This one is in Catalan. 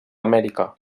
amèrica